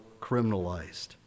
criminalized